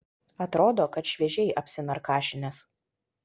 atrodo kad šviežiai apsinarkašinęs